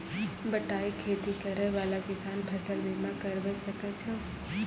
बटाई खेती करै वाला किसान फ़सल बीमा करबै सकै छौ?